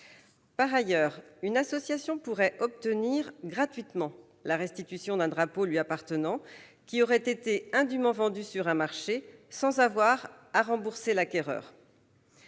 En outre, une association pourrait obtenir gratuitement la restitution d'un drapeau lui appartenant qui aurait été indûment vendu sur un marché, sans avoir à rembourser l'acquéreur.